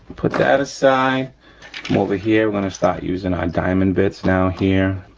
put that aside and over here we're gonna start using our diamond bits now here.